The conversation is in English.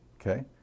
Okay